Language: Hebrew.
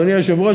אדוני היושב-ראש,